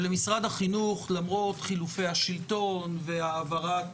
למרות חילופי השלטון והעברת